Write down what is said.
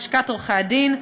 לשכת עורכי הדין,